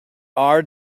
are